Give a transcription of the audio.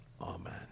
Amen